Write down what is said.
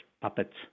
puppets